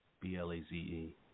B-L-A-Z-E